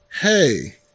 hey